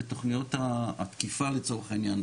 בתכניות התקיפה לצורך העניין,